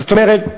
זאת אומרת,